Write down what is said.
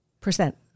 Percent